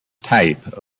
type